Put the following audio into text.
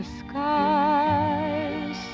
skies